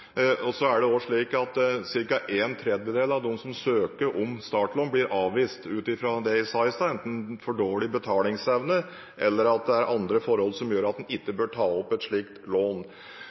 Så er det slik at ca. en tredjedel av dem som søker om startlån, blir avvist ut fra det jeg sa i stad: enten for dårlig betalingsevne eller andre forhold som gjør at en ikke bør ta opp et slikt lån.